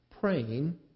praying